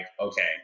okay